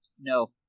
No